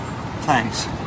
Thanks